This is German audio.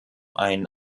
ein